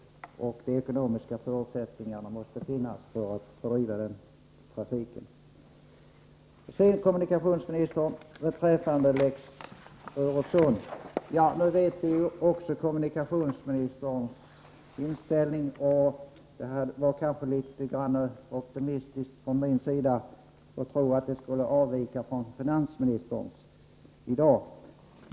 De ekonomiska förutsättningarna måste finnas för att bedriva denna trafik. Sedan till kommunikationsministern beträffande lex Öresund. Nu vet vi alltså kommunikationsministerns inställning. Det var kanske litet optimistiskt från min sida att tro att kommunikationsministerns inställning skulle avvika från finansministerns.